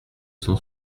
cent